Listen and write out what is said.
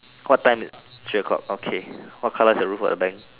what time three o-clock okay what colour is the roof of the bank